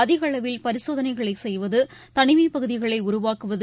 அதிக அளவில் பரிசோதனைகளை செய்வது தனிமை பகுதிகளை உருவாக்குவது